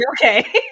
Okay